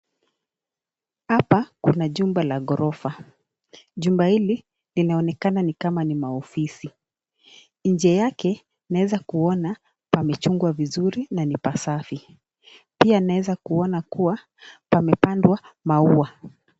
Hapa kuna jumba la ghorofa, jumba hili linaonekana ni kama ni maofisi. Nje yake naweza kuona pamechunjwa vizuri na ni pasafi pia naweza kuona kuwa pamepandwa maua.